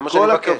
זה מה שאני מבקש.